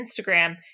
Instagram